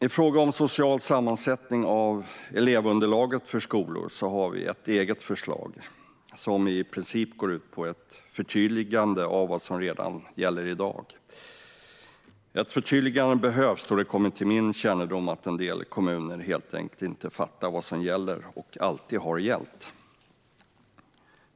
I frågan om social sammansättning av elevunderlaget för skolor har vi ett eget förslag som i princip går ut på ett förtydligande av vad som redan gäller i dag. Ett förtydligande behövs då det kommit till min kännedom att en del kommuner helt enkelt inte fattar vad som gäller och alltid har gällt.